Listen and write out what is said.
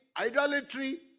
idolatry